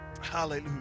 hallelujah